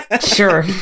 Sure